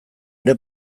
ere